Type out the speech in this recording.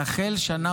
"תָּחֵל שָׁנָה